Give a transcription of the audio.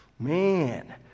Man